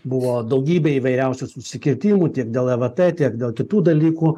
buvo daugybė įvairiausių susikirtimų tiek dėl e v t tiek dėl kitų dalykų